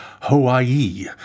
Hawaii